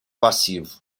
passivo